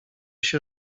się